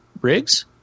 Riggs